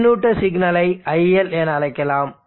பின்னூட்ட சிக்னலை iL என அழைக்கலாம்